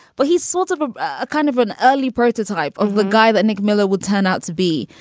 but he's sort of a a kind of an early prototype of the guy that nick miller would turn out to be.